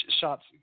shots